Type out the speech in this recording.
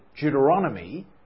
Deuteronomy